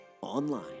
online